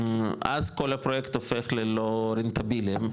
ואז כל הפרויקט הופך ללא רנטבילי,